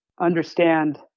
understand